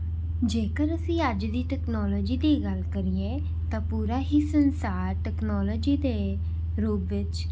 ਜੇਕਰ ਅਸੀਂ ਅੱਜ ਦੀ ਟੈਕਨੋਲੋਜੀ ਦੀ ਗੱਲ ਕਰੀਏ ਤਾਂ ਪੂਰਾ ਹੀ ਸੰਸਾਰ ਟੈਕਨੋਲੋਜੀ ਦੇ ਰੂਪ ਵਿੱਚ